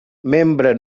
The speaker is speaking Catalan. membre